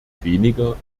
weniger